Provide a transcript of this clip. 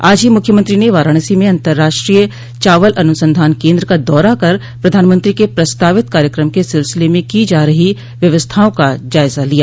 आज ही मुख्यमंत्री न वाराणसी में अन्तर्राष्ट्रीय चावल अनुसंधान केन्द्र का दौरा कर प्रधानमंत्री के प्रस्तावित कार्यक्रम के सिलसिले में की जा रही व्यवस्थाओं का ज़ायज़ा लिया